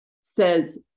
says